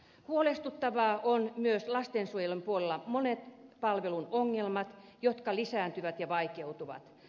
huolestuttavia ovat myös lastensuojelun puolella monet palvelun ongelmat jotka lisääntyvät ja vaikeutuvat